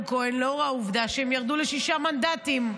כהן לאור העובדה שהם ירדו לשישה מנדטים.